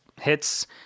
hits